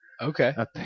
Okay